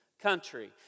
country